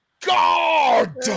God